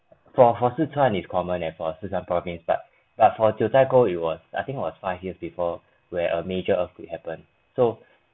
for for sze chuan is common leh for sze chuan province but for jiu zhai gou it was I think was five years before where a major earthquake happened so